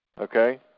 Okay